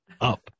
up